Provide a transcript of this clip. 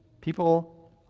People